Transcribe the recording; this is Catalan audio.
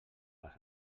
als